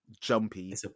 jumpy